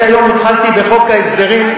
אני היום התחלתי בחוק ההסדרים,